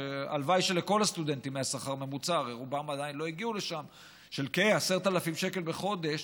הלוואי שלכל הסטודנטים היה שכר ממוצע של כ-10,000 שקל בחודש,